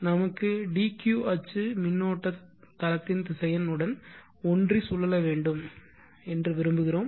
நமக்கு dq அச்சு மின்னோட்ட தளத்தின்திசையன் உடன் ஒன்றி சுழல வேண்டும் என்று விரும்புகிறோம்